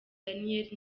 daniel